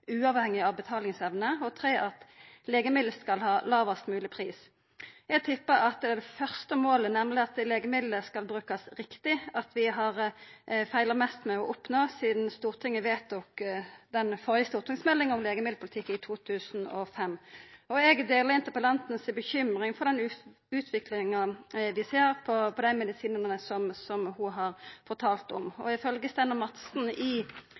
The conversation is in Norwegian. uavhengig av betalingsevne. Det skal være lavest mulig pris på legemidler.» Eg tippar at det er det første målet, nemleg at «Legemidler skal brukes riktig » vi har feilet mest med å oppnå sidan Stortinget vedtok den førre stortingsmeldinga om legemiddelpolitikk i 2005. Eg deler interpellanten si bekymring for den utviklinga vi ser, når det gjeld dei medisinane ho har fortalt om. Ifølgje Steinar Madsen i